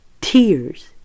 tears